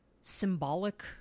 symbolic